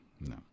no